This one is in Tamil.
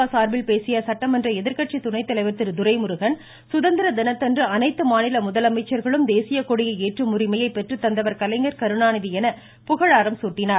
திமுக சார்பில் பேசிய சட்டமன்ற எதிர்கட்சி துணை தலைவர் திரு துரைமுருகன் சுதந்திர தினத்தன்று அனைத்து மாநில முதலமைச்சர்களும் தேசிய கொடியை ஏற்றும் உரிமையை பெற்றுத்தந்தவர் கலைஞர் கருணாநிதி என்று புகழாரம் சூட்டினார்